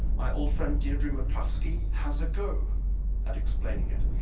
my old friend deidre mccloskey has a go at explaining it.